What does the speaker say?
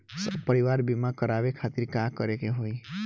सपरिवार बीमा करवावे खातिर का करे के होई?